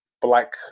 black